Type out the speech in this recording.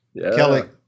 Kelly